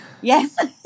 Yes